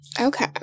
Okay